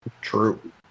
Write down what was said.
True